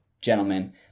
gentlemen